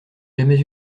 jamais